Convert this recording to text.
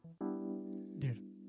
Dude